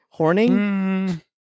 Horning